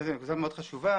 שאלה חשובה.